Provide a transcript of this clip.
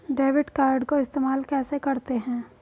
Debit card को इस्तेमाल कैसे करते हैं?